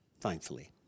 Thankfully